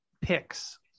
picks